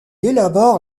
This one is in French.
élabore